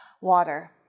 Water